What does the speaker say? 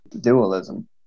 dualism